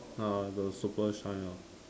uh the super shine hor